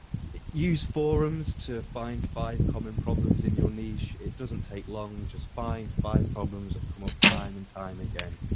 use forums to find five common problems in your niche, it doesn't take long just find five problems that come up time and time again.